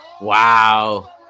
Wow